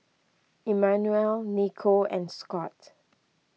Immanuel Nikko and Scott